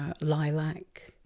lilac